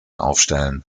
aufstellen